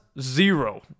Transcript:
zero